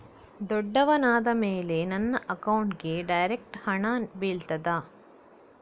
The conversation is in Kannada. ದೊಡ್ಡವನಾದ ಮೇಲೆ ನನ್ನ ಅಕೌಂಟ್ಗೆ ಡೈರೆಕ್ಟ್ ಹಣ ಬೀಳ್ತದಾ?